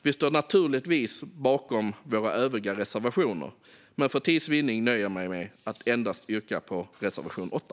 Vi står naturligtvis bakom våra övriga reservationer, men för tids vinnande nöjer jag mig med att yrka bifall endast till reservation 8.